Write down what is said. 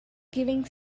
giving